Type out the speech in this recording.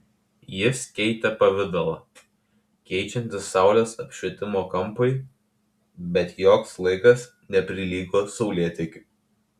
jis keitė pavidalą keičiantis saulės apšvietimo kampui bet joks laikas neprilygo saulėtekiui